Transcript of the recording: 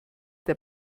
der